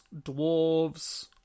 dwarves